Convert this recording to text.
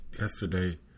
yesterday